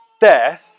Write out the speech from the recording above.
death